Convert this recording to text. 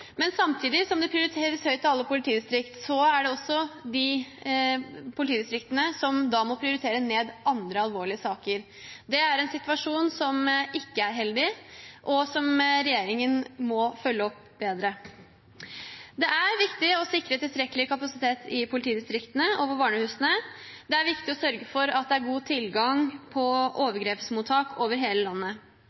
Men samtidig som det prioriteres høyt, må politidistriktene prioritere ned andre alvorlige saker. Det er en situasjon som ikke er heldig, og som regjeringen må følge opp bedre. Det er viktig å sikre tilstrekkelig kapasitet i politidistriktene og på barnehusene, og det er viktig å sørge for at det er god tilgang på overgrepsmottak over hele landet.